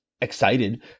excited